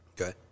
Okay